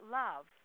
love